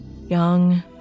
Young